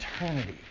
eternity